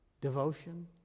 devotion